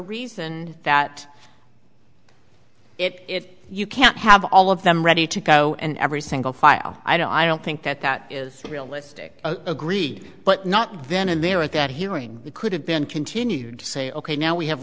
reason that if you can't have all of them ready to go and every single file i don't i don't think that that is realistic agreed but not then and there at that hearing we could have been continued to say ok now we have